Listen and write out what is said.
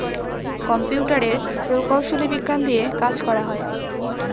কম্পিউটারের প্রকৌশলী বিজ্ঞান দিয়ে কাজ করা হয়